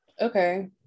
Okay